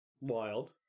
wild